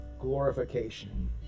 glorification